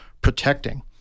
protecting